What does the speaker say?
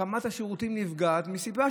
רמת השירותים נפגעת מסיבה,